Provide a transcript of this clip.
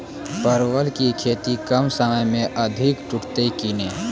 परवल की खेती कम समय मे अधिक टूटते की ने?